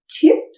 tips